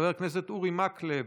חבר הכנסת אורי מקלב,